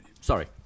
Sorry